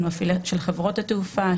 של חברות התעופה,